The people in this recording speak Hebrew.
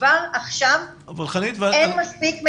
כבר עכשיו אין מספיק מקומות,